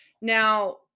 Now